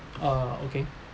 uh okay